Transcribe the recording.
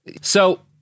So-